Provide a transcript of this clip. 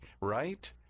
right